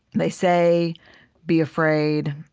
they say be afraid,